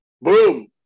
boom